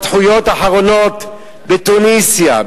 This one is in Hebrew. לאור ההתפתחויות האחרונות בתוניסיה,